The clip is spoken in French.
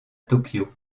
tokyo